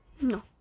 No